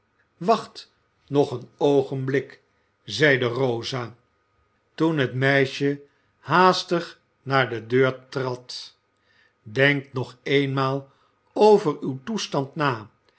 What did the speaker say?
wacht nog een oogenblik zeide rosa toen het meisje haastig naar de deur trad denk nog eenmaal over uw toestand na